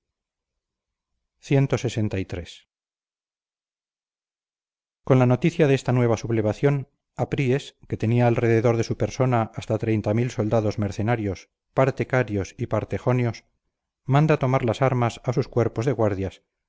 amasis clxiii con la noticia de esta nueva sublevación apríes que tenía alrededor de su persona hasta soldados mercenarios parte carios y parte jonios manda tomar las armas a sus cuerpos de guardias